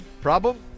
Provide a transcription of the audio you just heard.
Problem